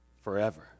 forever